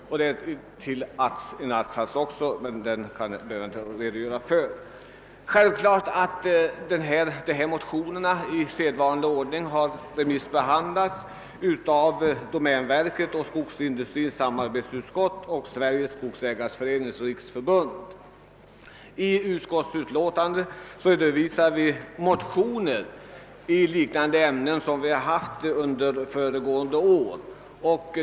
Motionärernas yrkande innehåller ytterligare en attsats, som jag inte behöver redogöra för. Självfallet har motionsparet i sedvanlig ordning remissbehandlats, nämligen av domänverket, Skogsindustriernas samarbetsutskott och Sveriges skogsägareföreningars riksförbund. I utlåtandet redovisar vi motioner i liknande ämnen, som behandlades under föregående år.